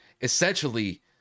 essentially